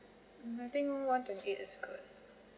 mm I think one twenty eight is good